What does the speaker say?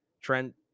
Trent